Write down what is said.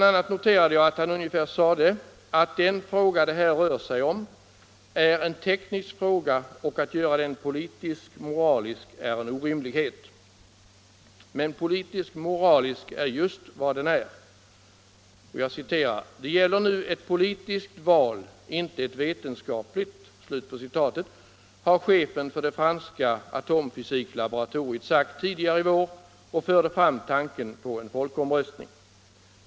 a. noterade jag, att han sade ungefär så att den fråga det här rör sig om är en teknisk fråga och att göra den politisk-moralisk är en orimlighet. Men politisk-moralisk är just vad den är! ”Det gäller nu ett politiskt val inte ett vetenskapligt”, har chefen för det franska atomfysiklaboratoriet sagt tidigare i vår, och han förde fram tanken på en folkomröstning.